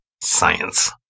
science